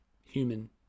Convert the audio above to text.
human